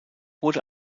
wurde